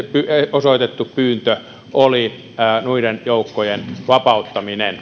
osoitettu pyyntö oli noiden joukkojen vapauttaminen